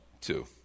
two